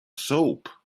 soap